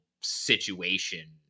situation